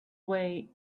way